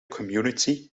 community